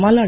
Malladi